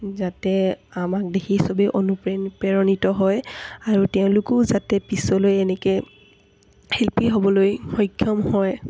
যাতে আমাক দেখি সবেই অনুপ্ৰেৰণিত হয় আৰু তেওঁলোকো যাতে পিছলৈ এনেকৈ শিল্পী হ'বলৈ সক্ষম হয়